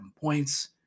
points